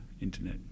internet